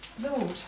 Lord